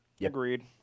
Agreed